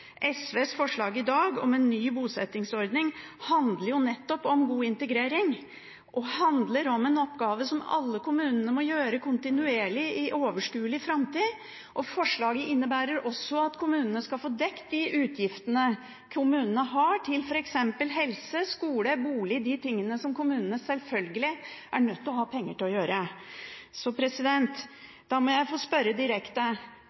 SVs forslag i dag om en ny bosettingsordning handler jo nettopp om god integrering og handler om en oppgave som alle kommuner må gjøre kontinuerlig i overskuelig framtid. Forslaget innebærer også at kommunene skal få dekket de utgiftene som kommunene har til f.eks. helse, skole, bolig – de tingene som kommunene selvfølgelig er nødt til å ha penger til å gjøre. Så da må jeg få spørre direkte: